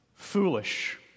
Foolish